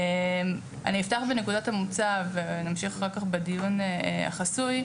אני אפתח בנקודת המוצא ונמשיך אחר כך בדיון החסוי,